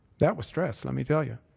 that was stress. let me tell you.